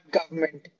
government